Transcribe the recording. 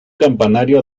campanario